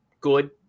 good